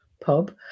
pub